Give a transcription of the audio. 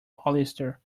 polyester